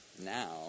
now